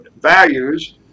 values